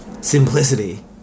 simplicity